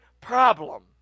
problem